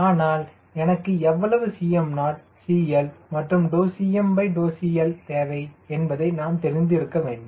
ஆனால் எனக்கு எவ்வளவு Cmo CL மற்றும் CmCL தேவை என்பதை நாம் தெரிந்து இருக்க வேண்டும்